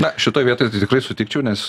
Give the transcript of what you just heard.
na šitoj vietoj tai tikrai sutikčiau nes